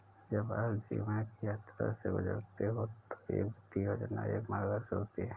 जब आप जीवन की यात्रा से गुजरते हैं तो एक वित्तीय योजना एक मार्गदर्शन होती है